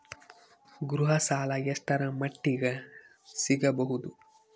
ಗೃಹ ಸಾಲ ಎಷ್ಟರ ಮಟ್ಟಿಗ ಸಿಗಬಹುದು?